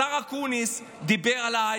השר אקוניס דיבר על ההייטק.